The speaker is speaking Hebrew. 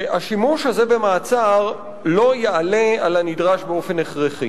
שהשימוש הזה במעצר לא יעלה על הנדרש באופן הכרחי.